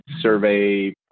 survey